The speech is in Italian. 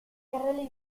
carrelli